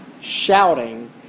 shouting